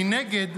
מנגד,